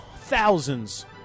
thousands